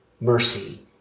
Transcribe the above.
mercy